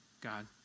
God